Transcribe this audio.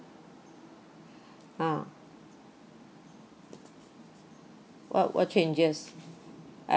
ah what what changes